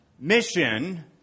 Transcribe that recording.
Mission